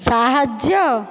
ସାହାଯ୍ୟ